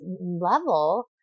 level